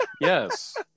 yes